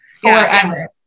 forever